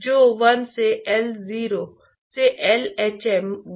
तो हम x और y कहते हैं